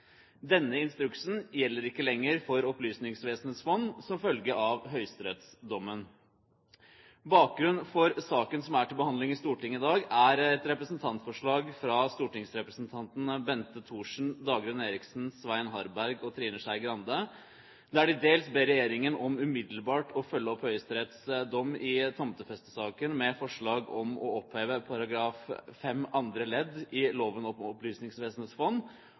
Denne instruksen gjelder ikke lenger for Opplysningsvesenets fond som følge av høyesterettsdommen. Bakgrunnen for saken som er til behandling i Stortinget i dag, er et representantforslag fra stortingsrepresentantene Bente Thorsen, Dagrun Eriksen, Svein Harberg og Trine Skei Grande, der de dels ber regjeringen om umiddelbart å følge opp Høyesteretts dom i tomtefestesaken med forslag om å oppheve § 5 andre ledd i loven om Opplysningsvesenets fond,